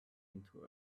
into